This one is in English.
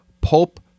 Pulp